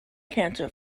cancer